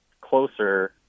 closer